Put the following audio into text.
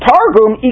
Targum